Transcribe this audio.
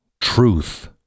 truth